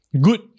good